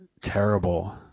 terrible